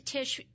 Tish